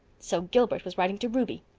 so gilbert was writing to ruby!